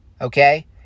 Okay